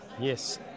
Yes